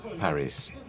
Paris